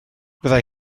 fyddai